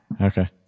Okay